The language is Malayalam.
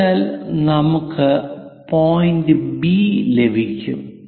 അതിനാൽ നമുക്ക് പോയിന്റ് ബി ലഭിക്കും